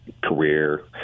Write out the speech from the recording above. career